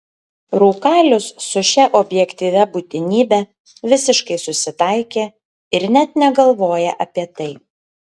rūkalius su šia objektyvia būtinybe visiškai susitaikė ir net negalvoja apie tai